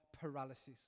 paralysis